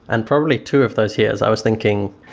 and probably two of those years i was thinking,